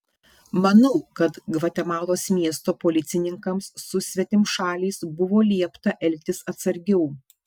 manau kad gvatemalos miesto policininkams su svetimšaliais buvo liepta elgtis atsargiau